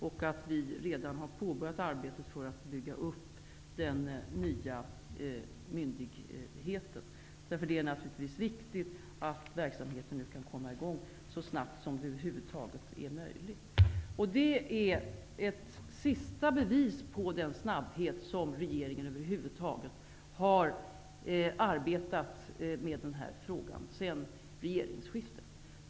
Vi har redan påbörjat arbetet för att bygga upp den nya myndigheten. Det är naturligtvis viktigt att verksamheten kan komma i gång så snart som det över huvud taget är möjligt. Detta är ett sista bevis på den snabbhet som regeringen över huvud taget arbetat med en fråga sedan regeringsskiftet.